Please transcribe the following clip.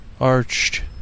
Arched